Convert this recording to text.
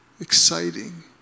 exciting